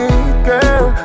girl